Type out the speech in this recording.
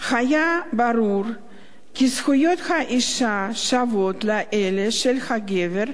היה ברור כי זכויות האשה שוות לאלה של הגבר,